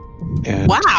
Wow